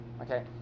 Okay